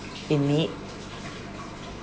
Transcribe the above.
in need